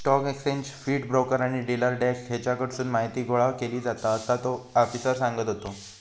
stock exchange feed, broker आणि dealer desk हेच्याकडसून माहीती गोळा केली जाता, असा तो आफिसर सांगत होतो